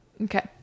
Okay